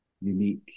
unique